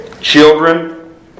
Children